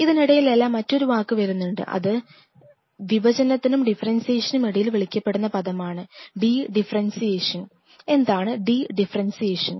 ഇതിനിടയില്ലെല്ലാം മറ്റൊരു വാക്ക് വരുന്നുണ്ട് ഇത് വിഭജനത്തിനും ഡിഫറെൻഷിയേഷനും ഇടയിൽ വിളിക്കപ്പെടുന്ന പദമാണ് ഡി ഡിഫറെൻഷിയേഷൻ എന്താണ് ഡി ഡിഫറെൻഷിയേഷൻ